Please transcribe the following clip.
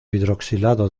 hidroxilado